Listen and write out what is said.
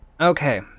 Okay